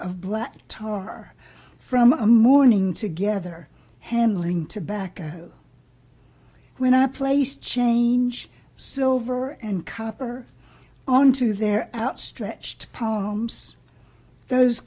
of black tar from a morning together handling tobacco when i placed change silver and copper onto their outstretched poems those